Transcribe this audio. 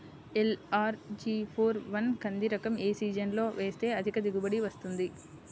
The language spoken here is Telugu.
ఎల్.అర్.జి ఫోర్ వన్ కంది రకం ఏ సీజన్లో వేస్తె అధిక దిగుబడి వస్తుంది?